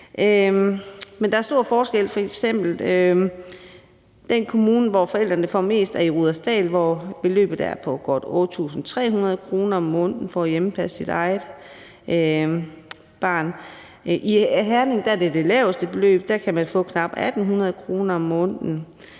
der er stor forskel. F.eks. er den kommune, hvor forældrene får mest, Rudersdal, hvor beløbet er på godt 8.300 kr. om måneden for at hjemmepasse sit eget barn. I Herning er det det laveste beløb. Der kan man få knap 1.800 kr. om måneden.